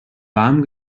warmen